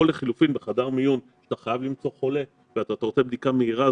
או לחלופין בחדר מיון כשאתה חייב למצוא חולה ואתה עושה בדיקה מהירה,